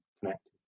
connected